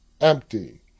Empty